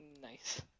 Nice